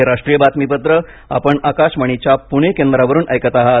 हे राष्ट्रीय बातमीपत्र आपण आकाशवाणीच्या पुणे केंद्रावरून ऐकत आहात